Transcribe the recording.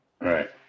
right